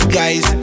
guys